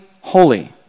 holy